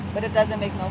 but it doesn't make no